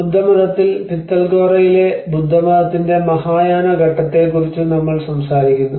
ബുദ്ധമതത്തിൽ പിത്തൽഖോറയിലെ ബുദ്ധമതത്തിന്റെ മഹായാന ഘട്ടത്തെക്കുറിച്ച് നമ്മൾ സംസാരിക്കുന്നു